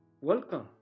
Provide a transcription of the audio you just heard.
Welcome